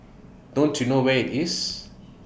don't you know where IT is